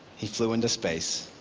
he flew into space.